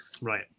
Right